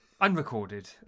Unrecorded